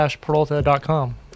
Peralta.com